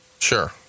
Sure